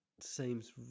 seems